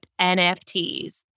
NFTs